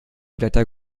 blätter